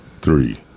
three